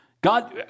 God